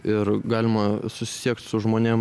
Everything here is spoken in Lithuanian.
ir galima susisiekt su žmonėm